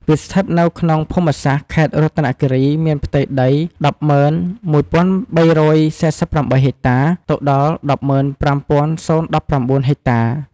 វាស្ថិតនៅក្នុងភូមិសាស្ត្រ ខេត្តរតនគិរីនិងមានផ្ទៃដី ១០១ ៣៤៨ ហិចតា ទៅដល់ ១០៥ ០១៩ ហិចតា។